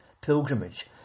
pilgrimage